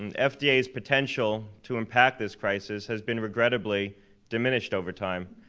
and fda's potential to impact this crisis has been regrettably diminished over time.